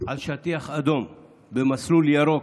על שטיח אדום במסלול ירוק.